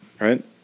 right